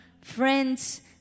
friends